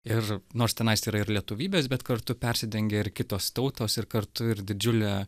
ir nors tenais yra ir lietuvybės bet kartu persidengia ir kitos tautos ir kartu ir didžiulė